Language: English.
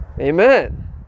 Amen